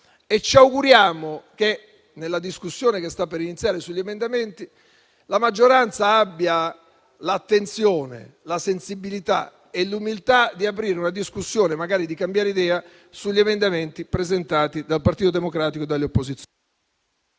Ci auguriamo che, nella discussione che sta per iniziare sugli emendamenti, la maggioranza abbia l'attenzione, la sensibilità e l'umiltà di aprire un dibattito e magari di cambiare idea sugli emendamenti presentati dal Partito Democratico e dalle opposizioni.